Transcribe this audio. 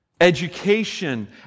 Education